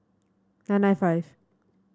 nine nine five